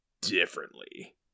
differently